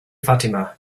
fatima